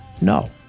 No